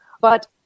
But-